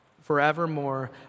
forevermore